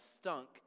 stunk